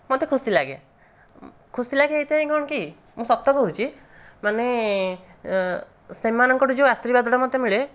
ମୋତେ ଖୁସି ଲାଗେ ଖୁସି ଲାଗେ ଏଇଥିପାଇଁ କ'ଣ କି ମୁଁ ସତ କହୁଛି ମାନେ ସେମାନଙ୍କ ଠାରୁ ଯେଉଁ ଆର୍ଶୀବାଦ ଟା ମୋତେ ମିଳେ